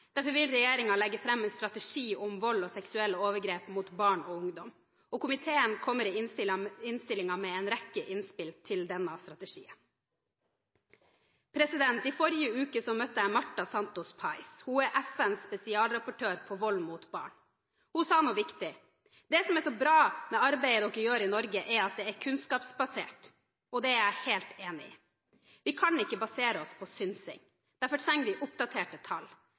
Derfor vil regjeringen legge fram en strategi om vold og seksuelle overgrep mot barn og ungdom, og komiteen kommer i innstillingen med en rekke innspill til den strategien. I forrige uke møtte jeg Marta Santos Pais, som er FNs spesialrapportør for vold mot barn. Hun sa noe viktig: Det som er så bra med arbeidet dere gjør i Norge, er at det er kunnskapsbasert. Det er jeg helt enig i. Vi kan ikke basere oss på synsing, og derfor trenger vi oppdaterte tall.